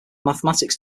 mathematics